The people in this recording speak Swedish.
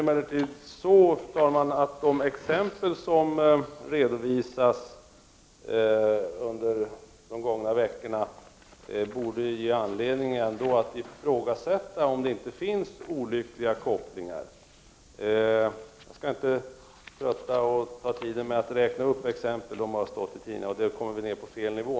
Fru talman! De exempel som under de gångna veckorna redovisats borde ändå ge anledning att ifrågasätta om det inte finns olyckliga kopplingar. Jag skall inte ta upp tiden med att anföra exempel som har stått i tidningarna — då kommer vi ned på fel nivå.